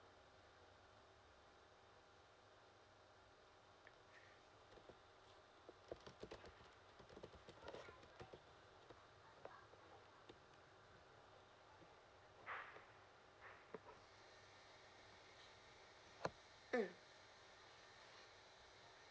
mm